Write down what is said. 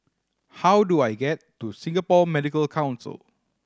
how do I get to Singapore Medical Council